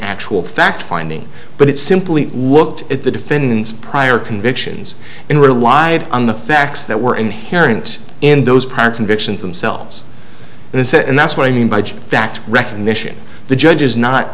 actual fact finding but it simply looked at the defendant's prior convictions and relied on the facts that were inherent in those prior convictions themselves and said and that's what i mean by fact recognition the judge is not